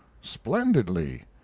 splendidly